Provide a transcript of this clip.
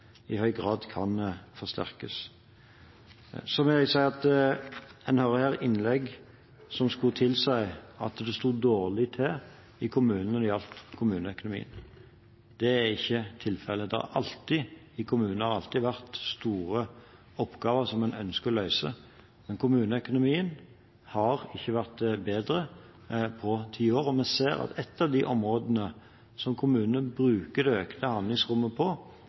i høy grad kan forsterkes. Så må jeg si at en hører her innlegg som skulle tilsi at det sto dårlig til i kommunene med hensyn til kommuneøkonomien. Det er ikke tilfellet. Det har i kommunene alltid vært store oppgaver som en ønsker å løse, men kommuneøkonomien har ikke vært bedre på ti år, og vi ser at et av de områdene som kommunene bruker det økte handlingsrommet